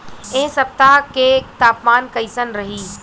एह सप्ताह के तापमान कईसन रही?